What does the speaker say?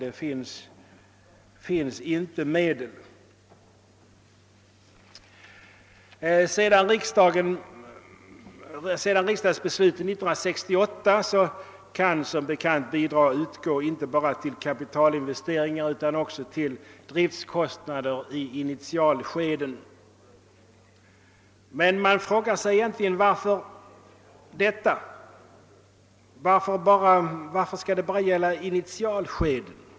Efter riksdagsbeslutet 1968 kan som bekant bidrag utgå inte bara till investeringskostnader utan också till driftkostnader i ett initialskede. Man frågar sig emellertid, varför det bara skall gälla i initialskedet.